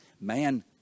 man